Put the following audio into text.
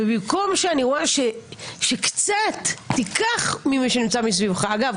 ואני רואה שבמקום שתיקח ממי שנמצא מסביבך - אגב,